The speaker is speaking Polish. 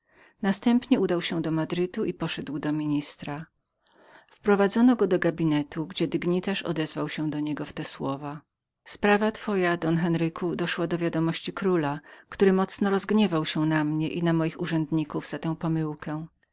następnie udał się do madrytu i poszedł do ministra wprowadzono go do gabinetu gdzie dygnitarz odezwał się do niego w te słowa sprawa wasza don henryku doszła do wiadomości króla który mocno rozgniewał się na mnie za tę pomyłkę